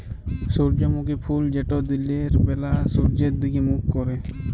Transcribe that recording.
সূর্যমুখী ফুল যেট দিলের ব্যালা সূর্যের দিগে মুখ ক্যরে